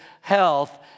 health